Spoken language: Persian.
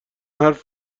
حرف